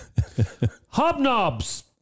Hobnobs